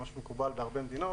זה מה שמקובל בהרבה מדינות.